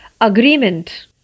Agreement